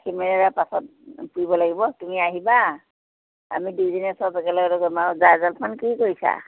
পাছত পুৰিব লাগিব তুমি আহিবা আমি দুইজনীয়ে চব একেলগে আৰু আমাৰ কি কৰিছা